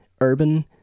urban